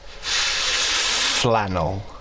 flannel